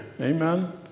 Amen